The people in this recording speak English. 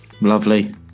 Lovely